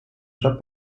job